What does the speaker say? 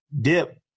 dip